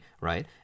right